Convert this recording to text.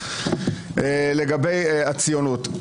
לגבי הציונות.